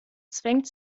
zwängt